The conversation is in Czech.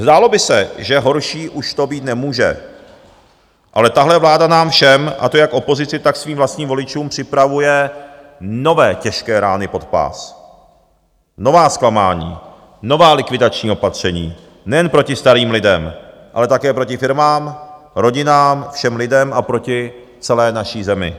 Zdálo by se, že horší už to být nemůže, ale tahle vláda nám všem, a to jak opozici, tak svým vlastním voličům, připravuje nové těžké rány pod pás, nová zklamání, nová likvidační opatření nejen proti starým lidem, ale také proti firmám, rodinám, všem lidem a proti celé naší zemi.